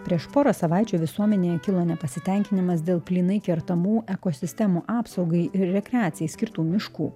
prieš porą savaičių visuomenėje kilo nepasitenkinimas dėl plynai kertamų ekosistemų apsaugai ir rekreacijai skirtų miškų